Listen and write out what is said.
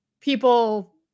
people